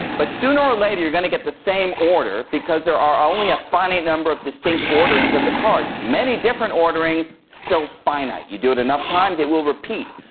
but sooner or later you're going to get the same order because there are only a finite number of distinct orderings of the cards. many different orderings, still finite. you do it enough times it will repeat.